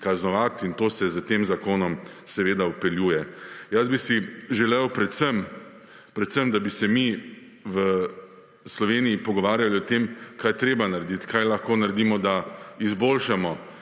kaznovati. In to se s tem zakonom seveda vpeljuje. Jaz bi si želel predvsem, da bi se mi v Sloveniji pogovarjali o tem, kaj je treba narediti, kaj lahko naredimo, da izboljšamo